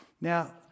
Now